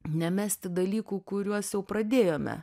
nemesti dalykų kuriuos jau pradėjome